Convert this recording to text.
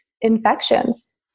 infections